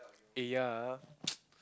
eh ya